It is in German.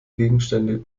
gegenstände